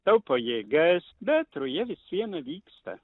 taupo jėgas bet ruja vis viena vyksta